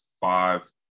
five